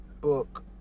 book